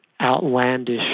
outlandish